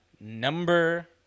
number